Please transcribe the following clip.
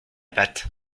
pâte